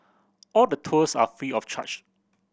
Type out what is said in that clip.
all the tours are free of charge